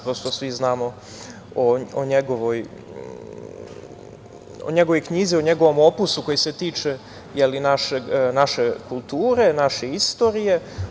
Prosto, svi znamo o njegovoj knjizi, o njegovom opusu koji se tiče naše kulture, naše istorije.